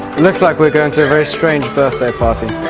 it looks like we are going to a very strange birthday party.